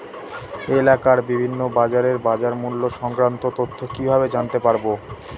এলাকার বিভিন্ন বাজারের বাজারমূল্য সংক্রান্ত তথ্য কিভাবে জানতে পারব?